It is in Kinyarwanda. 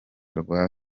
rwa